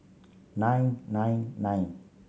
nine nine nine